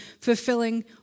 fulfilling